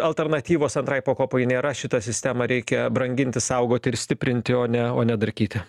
alternatyvos antrai pakopai nėra šitą sistemą reikia branginti saugoti ir stiprinti o ne o ne darkyti